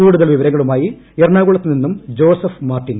കൂടുതൽ വിവരങ്ങളുമായി എറണാകുളത്ത് നിന്നും ജോസഫ് മാർട്ടിൻ